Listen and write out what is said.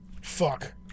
Fuck